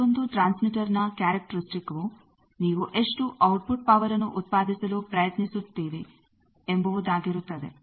ಮತ್ತೊಂದು ಟ್ರಾನ್ಸ್ಮಿಟರ್ ನ ಕ್ಯಾರೆಕ್ಟರಿಸ್ಟಿಕ್ವು ನೀವು ಎಷ್ಟು ಔಟ್ ಪುಟ್ ಪವರ್ಅನ್ನು ಉತ್ಪಾದಿಸಲು ಪ್ರಯತ್ನಿಸುತ್ತೇವೆ ಎಂಬುದಾಗಿರುತ್ತದೆ